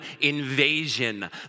invasion